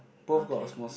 okay